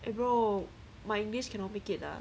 eh bro my english cannot make it lah